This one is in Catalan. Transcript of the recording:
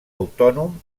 autònom